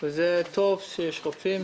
זה טוב שיש עוד רופאים,